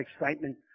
excitement